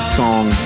song